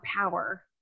power